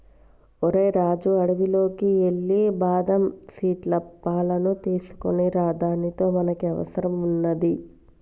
ఓరై రాజు అడవిలోకి ఎల్లి బాదం సీట్ల పాలును తీసుకోనిరా దానితో మనకి అవసరం వున్నాది